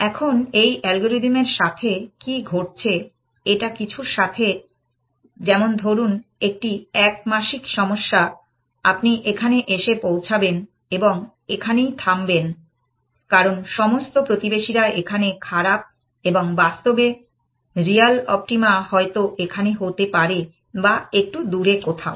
এখন এই অ্যালগরিদম এর সাথে কি ঘটছে এটা কিছুর সাথে যেমন ধরুন একটি এক মাত্রিক সমস্যা আপনি এখানে এসে পৌঁছাবেন এবং এখানেই থামবেন কারণ সমস্ত প্রতিবেশীরা এখানে খারাপ এবং বাস্তবে রিয়াল অপ্টিমা হয়তো এখানে হতে পারে বা একটু দূরে কোথাও